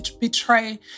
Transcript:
betray